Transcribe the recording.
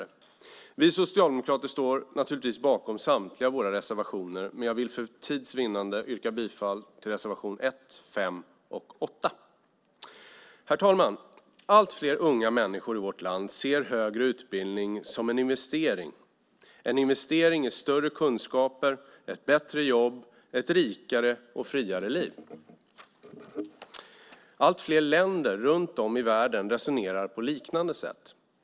Vi socialdemokrater står naturligtvis bakom samtliga våra reservationer, men jag vill för tids vinnande yrka bifall till reservationerna 1, 5 och 8. Herr talman! Allt fler unga människor i vårt land ser högre utbildning som en investering - en investering i större kunskaper, ett bättre jobb och ett rikare och friare liv. Allt fler länder i världen resonerar på liknande sätt.